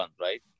right